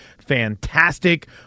fantastic